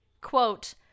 quote